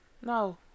No